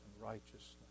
righteousness